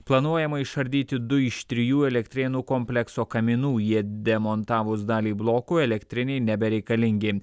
planuojama išardyti du iš trijų elektrėnų komplekso kaminų jie demontavus daliai blokų elektrinei nebereikalingi